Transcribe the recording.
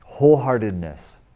Wholeheartedness